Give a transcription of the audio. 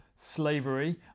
slavery